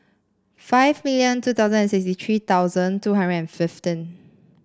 five million two thousand and sixty three thousand two hundred and fifteen